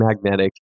Magnetic